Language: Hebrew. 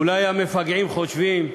אולי המפגעים חושבים,